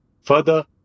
Further